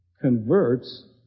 converts